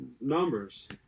numbers